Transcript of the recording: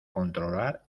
controlar